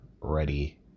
ready